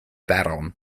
baron